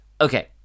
Okay